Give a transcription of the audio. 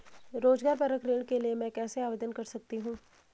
रोज़गार परक ऋण के लिए मैं कैसे आवेदन कर सकतीं हूँ?